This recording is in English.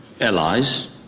allies